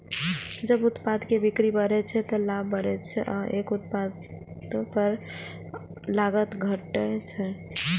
जब उत्पाद के बिक्री बढ़ै छै, ते लाभ बढ़ै छै आ एक उत्पाद पर लागत घटै छै